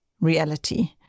reality